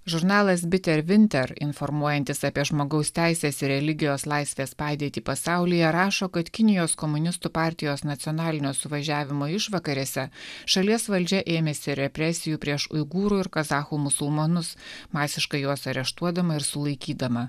žurnalas bitervinter informuojantis apie žmogaus teisės ir religijos laisvės padėtį pasaulyje rašo kad kinijos komunistų partijos nacionalinio suvažiavimo išvakarėse šalies valdžia ėmėsi represijų prieš uigūrų ir kazachų musulmonus masiškai juos areštuodama ir sulaikydama